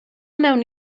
mewn